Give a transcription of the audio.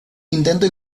intento